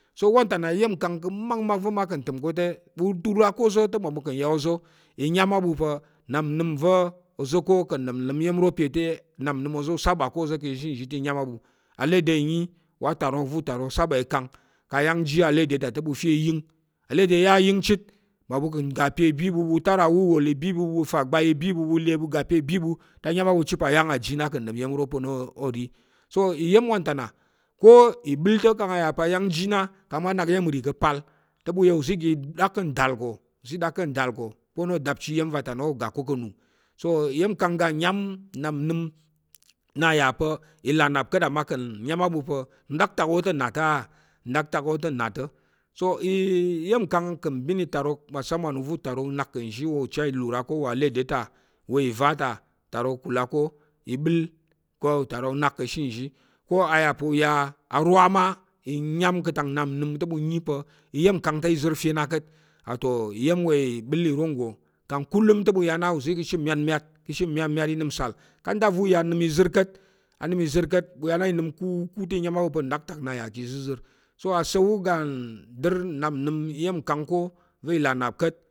So wan ta nna iya̱mkang pa̱ makmak va̱ mma ka̱ ntəm ko te, ɓu lur ká̱ oza̱ te i nyam á pa̱ nnap nnəm va̱ oza̱ ko ka̱ nɗom nəm iya̱m iro pe te, nnap nəm va̱ u saba ka̱ oza̱ ka̱ ashe nzhi te i nyam á ɓu, alede ǹnyi wa atarok va̱ utarok saba chit ikang, kang ayáng ji alede ta, te alede yar ayəng chit mmaɓu ka̱ ga pe i bi ɓu u ga u tar awuwol i bi ɓu, ɓu fa gbai i bi ɓu, ɓu le ɓu tar awuwol i bi ɓu te anyam á ɓu pa̱ ayang a ji na ka̱ nɗom iya̱m ro pa̱ o ri, so iya̱m wan ta nna ko ìbəl ta̱ kang a yà ayáng ji na kang mma nak iya̱m nri ka̱ apal te ɓu ya uzi ɗak ká̱ nɗa̱l ko, uzi ɗak ká̱ nɗa̱l ko pa̱ na o ɗak ka dapchi iya̱m va ta na o ga ko ka̱ anung, so iya̱m nkang ga nyam nnap nnəm nnà yà pa̱ i là nnap ka̱t amma i yam á ɓu pa nɗaktak wó te nna ta̱, ndaktak wo nna te so iyam kan ka nbin itarok ma saman vo otarok nak ka zhi wo ocha i rula ko wa lede ta, wi vata otarok kula ko, ibel ko otarok nnak ka she zhi ko aya pu ya a rwa ma i nyam ka tak nnam nnim te mu nnyi pa iyam kan te izir fe na kat, wa to nyim we ibel i ro go kan kulum te oya na ka she myatmyat, ka shi myatmyat i nnimsal kan ka da va u ya nim i zir kat, a nim i zir kat bu ya na inim kuku te nyam a bu pa ndaktak na ya ka zizir so a sawu gan dir inap nim iyam kan va i la nnap kat